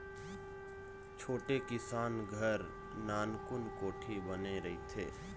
छोटे किसान घर नानकुन कोठी बने रहिथे